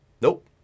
nope